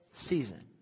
season